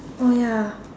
oh ya